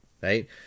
right